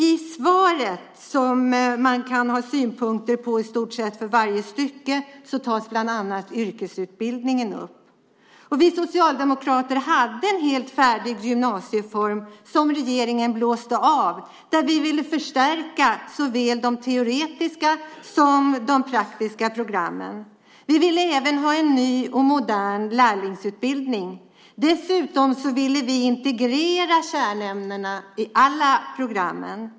I svaret, som man kan ha synpunkter på i stort sett i varje stycke, tas bland annat yrkesutbildningen upp. Vi socialdemokrater hade en helt färdig gymnasiereform som regeringen blåste av. Vi ville förstärka såväl de teoretiska som de praktiska programmen. Vi ville även ha en ny och modern lärlingsutbildning. Dessutom ville vi integrera kärnämnena i alla program.